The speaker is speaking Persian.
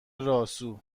راسو